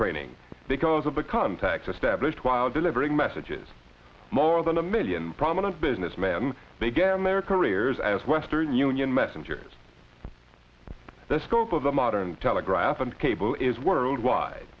training because of the contacts established while delivering messages more than a million prominent business man began their careers as western union messengers the scope of the modern telegraph and cable is world wide